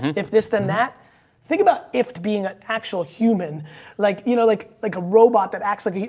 if this then that think about if being an actual human like you know like, like a robot that acts like,